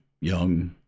young